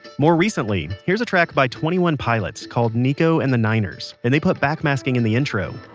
more recently, here's a track by twenty one pilot's called nico and the niners, and they put backmasking in the intro.